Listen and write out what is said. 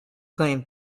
claim